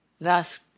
thus